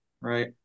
Right